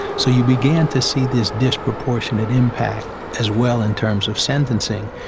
so you began to see this disproportionate impact as well in terms of sentencing.